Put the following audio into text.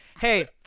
Hey